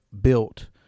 built